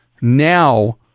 now